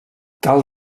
cal